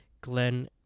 Glenn